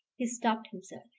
he stopped himself.